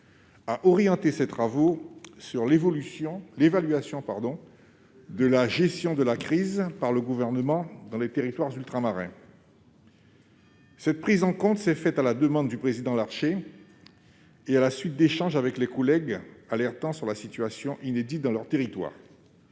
à orienter ses travaux sur l'évaluation de la gestion de la crise par le Gouvernement dans les territoires ultramarins. Cette prise en compte s'est faite à la demande du président du Sénat, Gérard Larcher, et à la suite d'échanges avec les collègues qui alertaient sur la situation inédite dans leurs territoires.